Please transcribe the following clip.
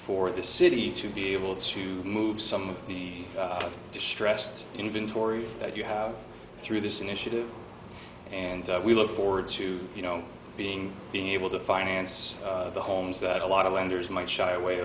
for the city to be able to move some of the distressed inventory that you have through this initiative and we look forward to you know being being able to finance the homes that a lot of lenders might shy away